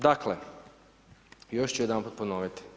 Dakle, još ću jedanput ponoviti.